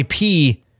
IP